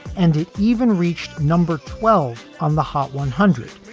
and it even reached number twelve on the hot one hundred,